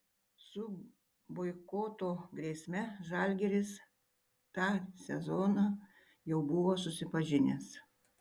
su boikoto grėsme žalgiris tą sezoną jau buvo susipažinęs